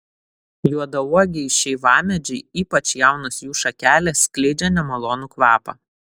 juodauogiai šeivamedžiai ypač jaunos jų šakelės skleidžia nemalonų kvapą